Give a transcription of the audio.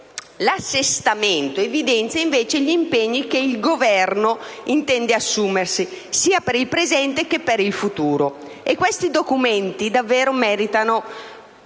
l'assestamento evidenzia invece gli impegni che il Governo intende assumersi sia per il presente che per il futuro. E questi documenti meritano